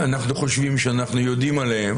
אנחנו חושבים שאנחנו יודעים עליהם,